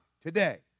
today